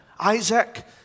Isaac